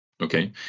Okay